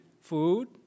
food